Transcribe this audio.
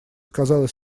сказала